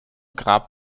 grab